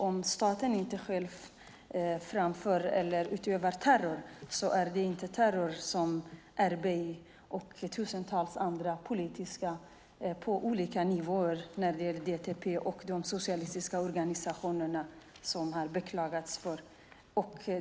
Om staten inte själv utövar terror är det inte terror som Erbey och tusentals andra politiska aktivister på olika nivåer inom BDP och inom de socialistiska organisationerna ägnar sig åt men som de har anklagats för.